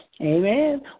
Amen